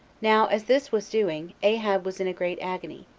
now, as this was doing, ahab was in a great agony,